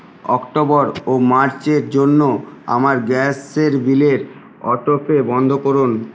October ও মার্চের জন্য আমার গ্যাসের বিলের অটো পে বন্ধ করুন